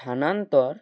স্থানান্তর